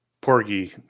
porgy